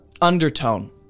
undertone